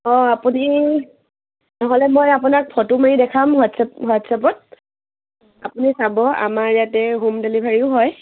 অঁ আপুনি নহ'লে মই আপোনাক ফটো মাৰি দেখাম হোৱাটছএপ হোৱাটছআপত আপুনি চাব আমাৰ ইয়াতে হোম ডেলিভাৰীও হয়